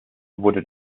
wurde